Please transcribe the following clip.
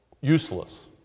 useless